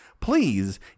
Please